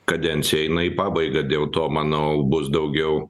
kadencija eina į pabaigą dėl to manau bus daugiau